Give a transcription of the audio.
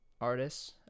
artists